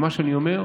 ומה שאני אומר,